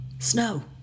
Snow